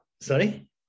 Sorry